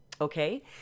okay